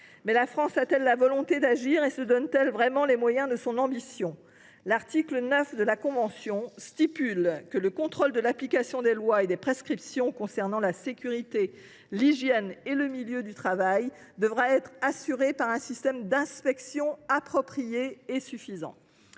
La France a t elle la volonté d’agir et se donne t elle vraiment les moyens de son ambition ? L’article 9 de la convention dispose que « le contrôle de l’application des lois et des prescriptions concernant la sécurité, l’hygiène et le milieu de travail devra être assuré par un système d’inspection approprié et suffisant